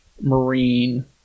Marine